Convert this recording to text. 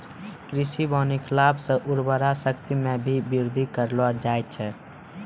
कृषि वानिकी लाभ से उर्वरा शक्ति मे भी बृद्धि करलो जाय छै